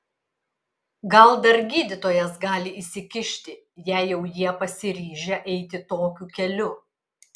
gal dar gydytojas gali įsikišti jei jau jie pasiryžę eiti tokiu keliu